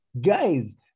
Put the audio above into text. Guys